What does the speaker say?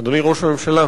אדוני ראש הממשלה,